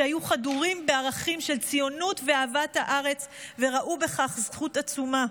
שהיו חדורים בערכים של ציונות ואהבת הארץ וראו בכך זכות עצומה.